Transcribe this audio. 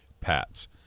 Pats